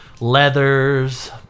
leathers